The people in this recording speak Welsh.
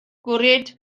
gwrhyd